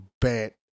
bad